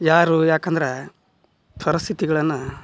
ಯಾರು ಯಾಕಂದ್ರೆ ಪರಿಸ್ಥಿತಿಗಳನ್ನ